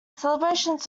celebrations